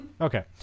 Okay